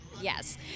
Yes